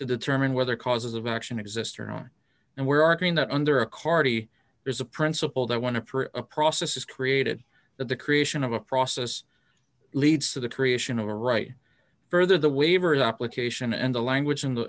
to determine whether causes of action exist or are and we're arguing that under a carty there's a principle that want to prove a process is created that the creation of a process leads to the creation of a right further the waiver application and the language in the